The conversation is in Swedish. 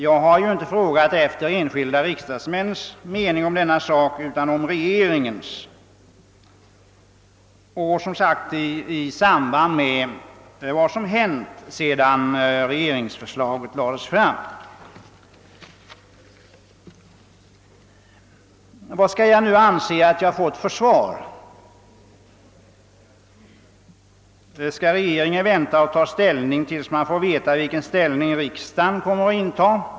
Jag har emellertid inte frågat efter enskiida riksdagsmäns mening i denna sak, utan om regeringens i samband med vad som hänt sedan regeringsförslaget lades fram. Vad skall jag nu anse att jag fått för svar? Skall regeringen vänta med att ta ställning till dess man får veta vilken ståndpunkt riksdagen kommer att intaga?